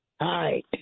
Hi